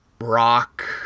rock